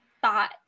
thought